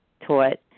taught